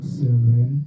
seven